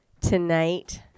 tonight